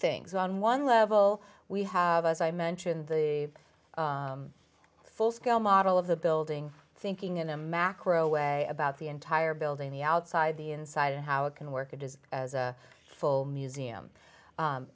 things on one level we have as i mentioned the full scale model of the building thinking in a macro way about the entire building the outside the inside and how it can work it is a full museum